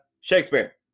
Shakespeare